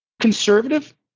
conservative